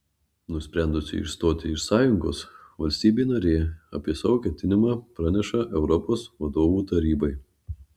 nusprendusi išstoti iš sąjungos valstybė narė apie savo ketinimą praneša europos vadovų tarybai